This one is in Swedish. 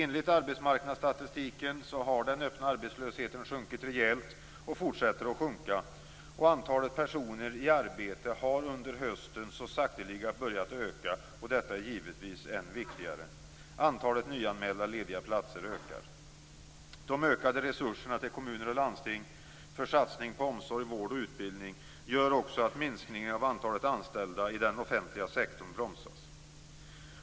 Enligt arbetsmarknadsstatistiken har den öppna arbetslösheten sjunkit rejält och fortsätter att sjunka. Antalet personer i arbete har under hösten så sakteliga börjat öka och detta är givetvis än viktigare. Antalet nyanmälda lediga platser ökar.